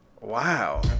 Wow